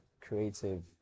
creative